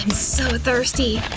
so thirsty!